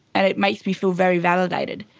and it makes me feel very validated.